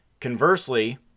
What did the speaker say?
Conversely